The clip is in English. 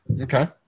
Okay